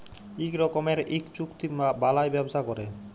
ইক রকমের ইক চুক্তি বালায় ব্যবসা ক্যরে